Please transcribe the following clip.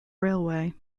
railway